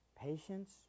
Patience